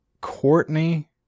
Courtney